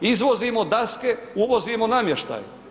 Izvozimo daske, uvozimo namještaj.